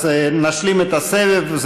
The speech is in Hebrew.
נשלים את הסבב,